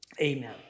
Amen